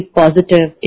positive